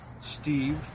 Steve